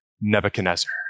Nebuchadnezzar